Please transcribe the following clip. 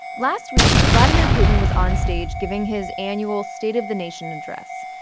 last week, vladimir putin was on stage, giving his annual state of the nation address.